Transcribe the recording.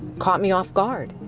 caught me off guard.